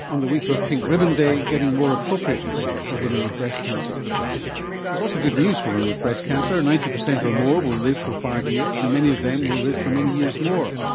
on the week of pink ribbon day, getting more appropriate care for women with breast cancer. there is also good news for women with breast cancer, ninety percent or more will live for five years and many of them will live for many years more.